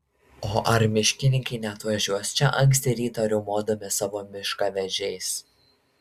o ar miškininkai neatvažiuos čia anksti rytą riaumodami savo miškavežiais